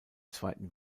zweiten